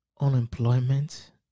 Unemployment